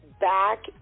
Back